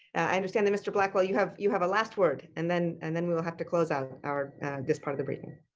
i understand mr. blackwell you have you have a last word, and then and then we'll have to close out our this part of the briefing?